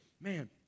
man